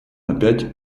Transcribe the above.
опять